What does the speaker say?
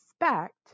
expect